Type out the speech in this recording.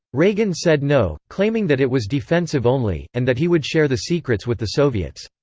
reagan said no, claiming that it was defensive only, and that he would share the secrets with the soviets.